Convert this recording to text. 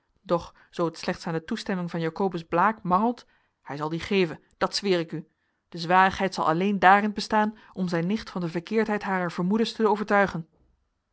doch zoo het slechts aan de toestemming van jacobus blaek mangelt hij zal die geven dat zweer ik u de zwarigheid zal alleen daarin bestaan om zijn nicht van de verkeerdheid harer vermoedens te overtuigen